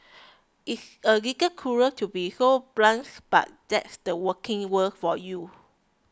it's a little cruel to be so blunt but that's the working world for you